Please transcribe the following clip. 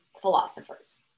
philosophers